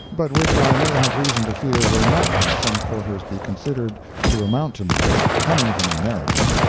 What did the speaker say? but which i may have reason to fear will not, in some quarters, be considered to amount to much, coming from an american,